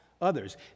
others